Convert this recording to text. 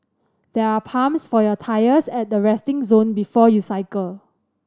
there are pumps for your tyres at the resting zone before you cycle